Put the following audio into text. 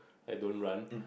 I don't run